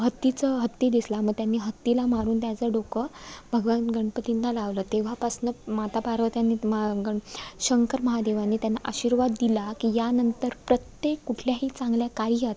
हत्तीचं हत्ती दिसला मग त्यांनी हत्तीला मारून त्याचं डोकं भगवान गणपतींना लावलं तेव्हापासनं माता पार्वती आणि मा गण शंकर महादेवांनी त्यांना आशीर्वाद दिला की यानंतर प्रत्येक कुठल्याही चांगल्या कार्यात